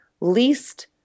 least